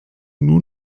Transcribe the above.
nur